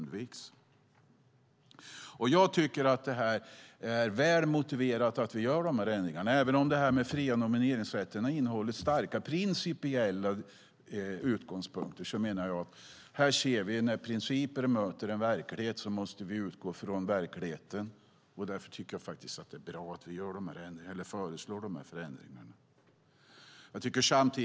Det är väl motiverat att vi gör dessa ändringar, även om fria nomineringsrätten har innehållit starka principiella utgångspunkter. Men när principer möter en verklighet måste vi utgå från verklighet, och därför är det bra att vi föreslår dessa förändringar.